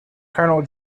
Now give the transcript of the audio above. colonel